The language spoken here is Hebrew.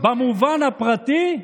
במובן הפרטי,